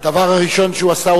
הדבר הראשון שהוא עשה,